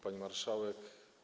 Pani Marszałek!